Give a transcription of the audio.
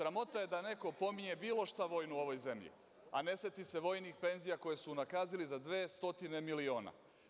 Sramota je da neko pominje bilo šta vojno u ovoj zemlji, a ne seti se vojnih penzija koje su unakazili za 200 miliona.